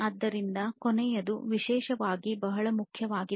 ಆದ್ದರಿಂದ ಕೊನೆಯದು ವಿಶೇಷವಾಗಿ ಬಹಳ ಮುಖ್ಯವಾಗಿದೆ